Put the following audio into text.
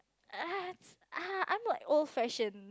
uh uh I'm not old fashioned